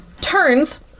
turns